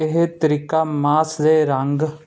ਇਹ ਤਰੀਕਾ ਮਾਸ ਦੇ ਰੰਗ